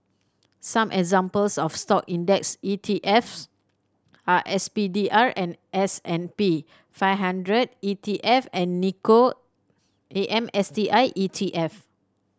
some examples of Stock index E T F s are S P D R and S and P five hundred E T F and Nikko A M S T I E T F